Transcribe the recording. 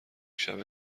شبه